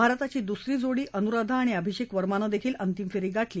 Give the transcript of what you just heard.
भारताची दुसरी जोडी अनुराधा आणि अभि षेक वर्मानं देखील अंतिम फेरी गाठली